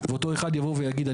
ואותו אחד יבוא ויגיד,